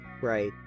right